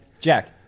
Jack